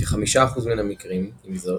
כ-5% מן המקרים, עם זאת,